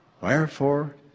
Wherefore